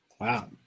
Wow